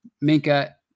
Minka